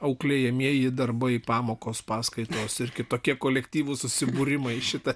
auklėjamieji darbai pamokos paskaitos ir kitokie kolektyvų susibūrimai šita